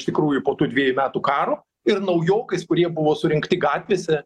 iš tikrųjų po tų dvejų metų karo ir naujokais kurie buvo surinkti gatvėse